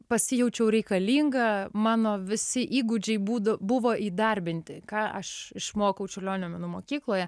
pasijaučiau reikalinga mano visi įgūdžiai būdu buvo įdarbinti ką aš išmokau čiurlionio menų mokykloje